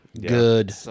good